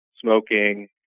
smoking